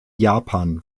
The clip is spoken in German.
japan